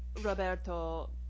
Roberto